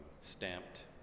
stamped